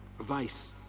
vice